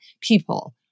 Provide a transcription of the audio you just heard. people